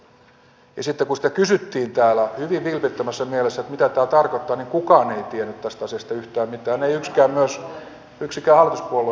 sitten kun sitä kysyttiin täällä hyvin vilpittömässä mielessä että mitä tämä tarkoittaa niin kukaan ei tiennyt tästä asiasta yhtään mitään ei myöskään yksikään hallituspuolueen edustaja eikä yksikään perussuomalainen